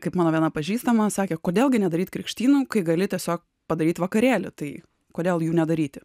kaip mano viena pažįstama sakė kodėl gi nedaryt krikštynų kai gali tiesiog padaryt vakarėlį tai kodėl jų nedaryti